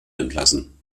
entlassen